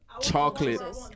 chocolate